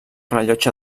rellotge